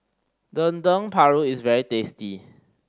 Dendeng Paru is very tasty